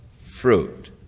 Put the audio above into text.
fruit